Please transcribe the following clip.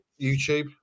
YouTube